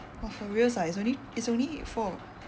!wah! for reals ah it's only it's only four